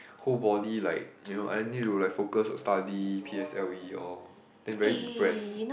whole body like you know I need to like focus on study p_s_l_e all then very depressed